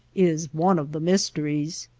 is one of the mysteries.